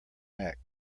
neck